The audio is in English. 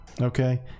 Okay